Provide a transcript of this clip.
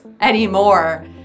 anymore